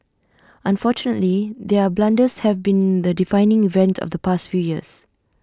unfortunately their blunders have been the defining event of the past few years